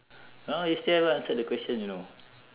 !huh! you still haven't answered the question you know